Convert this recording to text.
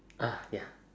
ah ya